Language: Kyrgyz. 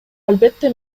албетте